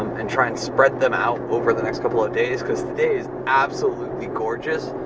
and try and spread them out over the next couple of days cause today is absolutely gorgeous.